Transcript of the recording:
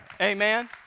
Amen